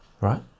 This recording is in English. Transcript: right